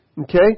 Okay